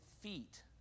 feet